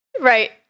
Right